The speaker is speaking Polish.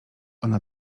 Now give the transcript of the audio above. ona